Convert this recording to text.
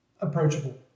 Approachable